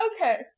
Okay